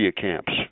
camps